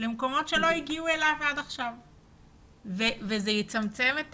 שלא הגיעו אליו עד עכשיו וזה יצמצם את